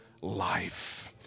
life